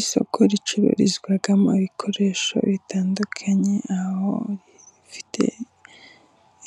Isoko ricururizwamo ibikoresho bitandukanye, aho rifite